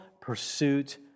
pursuit